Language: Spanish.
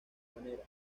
manera